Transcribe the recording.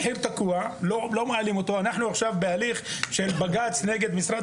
אנחנו עכשיו בהליך של בג"ץ נגד משרד